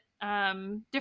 different